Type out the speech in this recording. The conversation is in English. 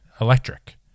electric